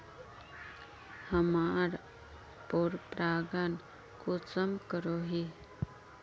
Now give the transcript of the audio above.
हमार पोरपरागण कुंसम रोकीई?